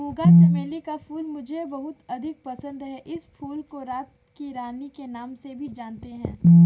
मूंगा चमेली का फूल मुझे बहुत अधिक पसंद है इस फूल को रात की रानी के नाम से भी जानते हैं